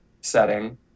setting